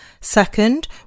Second